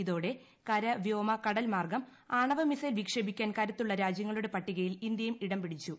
ഇതോടെ കര വ്യോമ കടൽ മാർഗം ആണവ മിസൈൽ വിക്ഷേപിക്കാൻ കരുത്തുള്ള രാജൃങ്ങളുടെ പട്ടിക യിൽ ഇന്ത്യയും ഇടം പിടിച്ചു